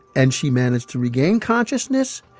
and she managed to regain consciousness,